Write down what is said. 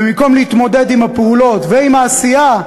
ובמקום להתמודד עם הפעולות ועם העשייה,